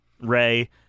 Ray